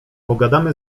pogadamy